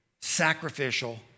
sacrificial